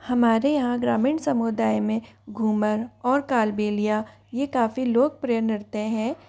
हमारे यहाँ ग्रामीण समुदाय में घूमर और कालबेलिया यह काफ़ी लोकप्रिय नृत्य हैं